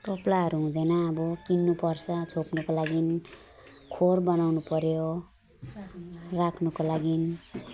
टोप्लाहरू हुँदैन अब किन्नु पर्छ छोप्नुको लागि खोर बनाउनु पर्यो राख्नुको लागि